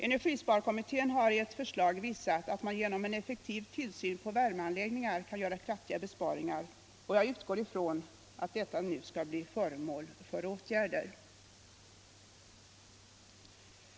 Energisparkommittén har i ett förslag visat att man genom en effektiv tillsyn av värmeanläggningar kan göra kraftiga besparingar, och jag utgår ifrån att detta nu skall föranleda åtgärder.